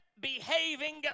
behaving